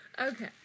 okay